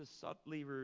subtly